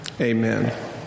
Amen